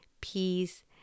peace